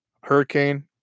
Hurricane